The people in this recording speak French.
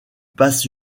passe